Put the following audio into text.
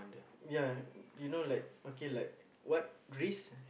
ya you know like okay like what risk